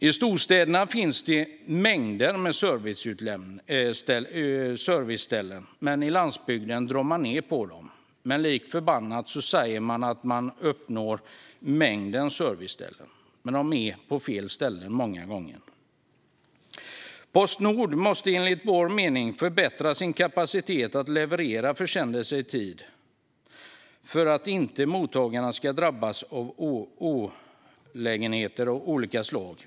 I storstäderna finns det mängder med serviceställen. På landsbygden drar man ned på dem, men lik förbannat säger man att man uppnår mängden serviceställen. De finns dock många gånger på fel ställe. Postnord måste enligt vår mening förbättra sin kapacitet att leverera försändelser i tid för att mottagarna inte ska drabbas av olägenheter av olika slag.